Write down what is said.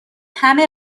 همه